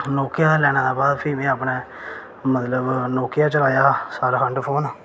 ते नोकिया दा लैने दे बाद फ्ही में अपने मतलब नोकिया चलाया साल खंड फोन